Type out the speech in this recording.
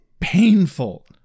painful